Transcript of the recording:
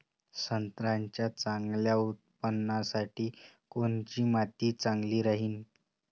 संत्र्याच्या चांगल्या उत्पन्नासाठी कोनची माती चांगली राहिनं?